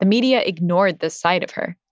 media ignored this side of her,